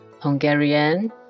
Hungarian